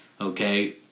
okay